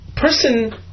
person